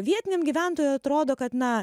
vietiniam gyventojui atrodo kad na